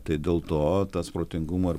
tai dėl to tas protingumo ir